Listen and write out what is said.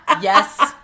yes